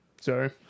sorry